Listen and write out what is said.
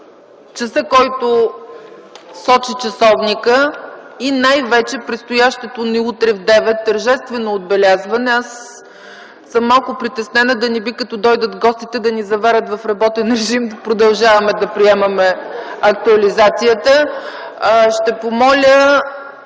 часа, който сочи часовника и най-вече предстоящото ни утре в 9,00 тържествено отбелязване, съм малко притеснена да не би като дойдат гостите да ни заварят в работен режим и да продължаваме да приемаме актуализацията. (Оживление.)